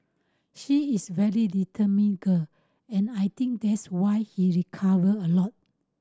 she is very determined girl and I think that's why he recovered a lot